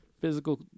physical